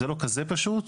זה לא כזה פשוט,